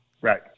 Right